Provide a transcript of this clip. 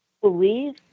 believe